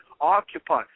occupy –